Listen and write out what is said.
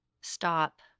stop